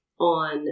on